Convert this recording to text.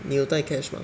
你有带 cash mah